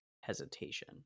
hesitation